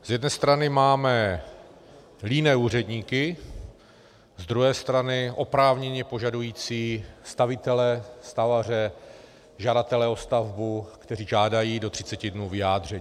Z jedné strany máme líné úředníky, z druhé strany oprávněně požadující stavitele, stavaře, žadatele o stavbu, kteří žádají do 30 dnů vyjádření.